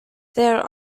there